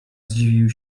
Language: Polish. zdziwił